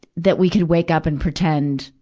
that we could wake up and pretend,